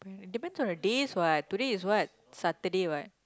depends on the days what today is what Saturday what